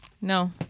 No